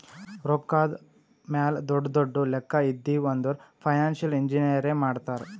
ರೊಕ್ಕಾದ್ ಮ್ಯಾಲ ದೊಡ್ಡು ದೊಡ್ಡು ಲೆಕ್ಕಾ ಇದ್ದಿವ್ ಅಂದುರ್ ಫೈನಾನ್ಸಿಯಲ್ ಇಂಜಿನಿಯರೇ ಮಾಡ್ತಾರ್